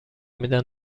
میدن